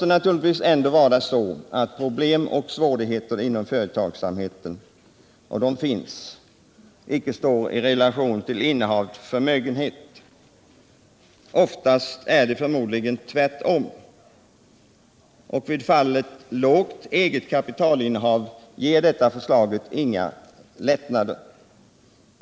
Det måste givetvis vara så att problem och svårigheter inom företagsamheten — och de finns — icke står i relation till innehavd förmögenhet. Oftast är det förmodligen tvärtom. För dem som har ett lågt kapitalinnehav ger förslaget inga lättnader alls.